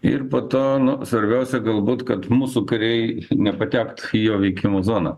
ir po to nu svarbiausia galbūt kad mūsų kariai nepatektų į jo veikimo zoną